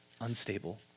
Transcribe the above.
unstable